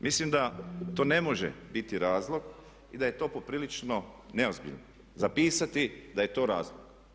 Mislim da to ne može biti razloga i da je to poprilično neozbiljno zapisati da je to razlog.